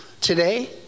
today